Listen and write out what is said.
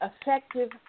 effective